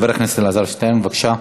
היושב-ראש.